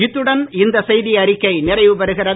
இத்துடன் இந்த செய்தி அறிக்கை நிறைவு பெறுகிறது